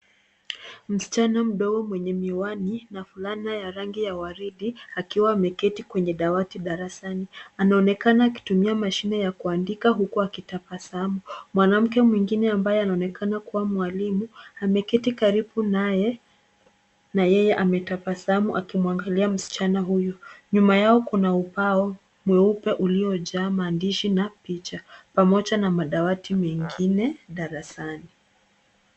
Msichana mdogo mwenye miwani na fulana ya rangi ya waridi akiwa ameketi kwenye dawati darasani. Anaonekana akitumia mashine ya kuandika huku akitabasamu. Mwanamke mwingine ambaye anaonekana kuwa mwalimu ameketi karibu naye na yeye ametabasamu akimwangalia msichana huyu. Nyuma yao kuna ubao mweupe uliojaa maandishi na picha pamoja na madawati mengine darasani.